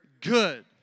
good